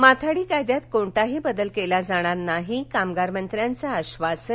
माथाडी कायद्यात कोणताही बदल केला जाणार नाही कामगार मंत्र्याचं आश्वासन